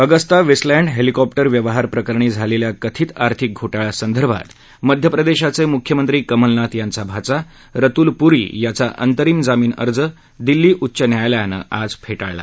Agusta Westland helicopter व्यवहार प्रकरणी झालेल्या कथित आर्थिक घोटाळ्यासंदर्भात मध्यप्रदेश चे मुख्यमंत्री कमलनाथ यांचा भाचा रतुल पुरी याचा अंतरिम जामीन दिल्ली उच्च न्यायालयानं आज फेटाळला